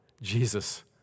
Jesus